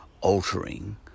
altering